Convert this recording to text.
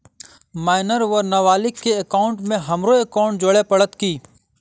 Minor वा नबालिग केँ एकाउंटमे हमरो एकाउन्ट जोड़य पड़त की?